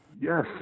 Yes